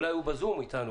בזום.